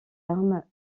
armes